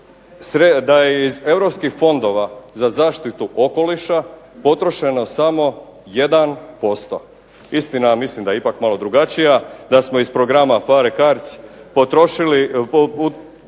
da je iz europskih fondova za zaštitu okoliša potrošeno samo 1%. Istina ja mislim da je ipak malo drugačija, da smo iz programa PHARE i